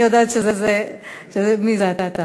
אני יודעת מי אתה.